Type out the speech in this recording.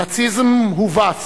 הנאציזם הובס